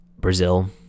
Brazil